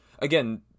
Again